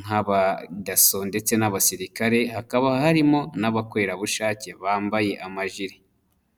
nk'abadaso ndetse n'abasirikare, hakaba harimo n'abakorerabushake bambaye amajire.